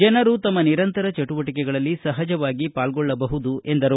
ಜನರು ತಮ್ಮ ನಿರಂತರ ಚಟುವಟಿಕೆಗಳಲ್ಲಿ ಸಹಜವಾಗಿ ಪಾಲ್ಗೊಳ್ಳಬಹುದು ಎಂದರು